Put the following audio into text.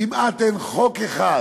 כמעט אין חוק אחד